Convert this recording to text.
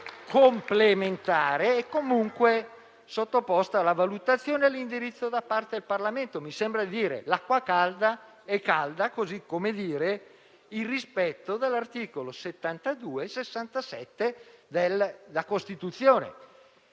complementare e comunque è sottoposta alla valutazione e all'indirizzo da parte del Parlamento; mi sembra di dire un'ovvietà, che l'acqua calda è calda, così come lo è il rispetto degli articoli 72 e 67 della Costituzione.